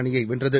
அணியை வென்றது